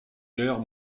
guerre